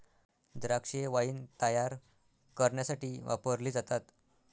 द्राक्षे वाईन तायार करण्यासाठी वापरली जातात